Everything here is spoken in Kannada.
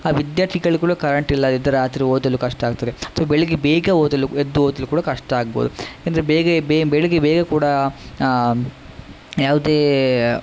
ಆ ವಿದ್ಯಾರ್ಥಿಗಳು ಕೂಡ ಕರೆಂಟಿಲ್ಲದಿದ್ದರೆ ರಾತ್ರಿ ಓದಲು ಕಷ್ಟ ಆಗ್ತದೆ ಸೊ ಬೆಳಿಗ್ಗೆ ಬೇಗ ಓದಲು ಎದ್ದು ಓದಲಿಕ್ಕೆ ಕೂಡ ಕಷ್ಟ ಆಗ್ಬೋದು ಅಂದರೆ ಬೇಗ ಬೇ ಬೆಳಿಗ್ಗೆ ಬೇಗ ಕೂಡ ಯಾವುದೇ